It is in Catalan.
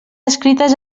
escrites